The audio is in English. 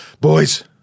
Boys